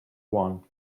one